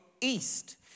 east